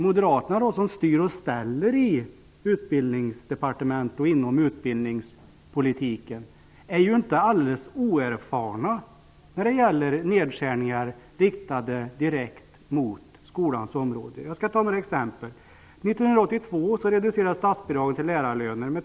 Moderaterna, som styr och ställer i Utbildningsdepartementet och inom utbildningspolitiken, är ju inte alldeles oerfarna när det gäller nedskärningar riktade direkt mot skolan. Jag skall ge ett par exempel.